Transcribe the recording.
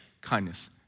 kindness